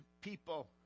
people